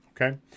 Okay